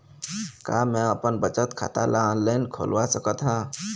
का मैं अपन बचत खाता ला ऑनलाइन खोलवा सकत ह?